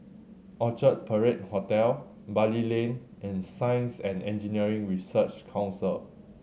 Orchard Parade Hotel Bali Lane and Science and Engineering Research Council